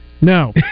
No